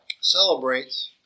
celebrates